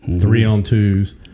three-on-twos